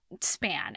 span